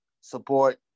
support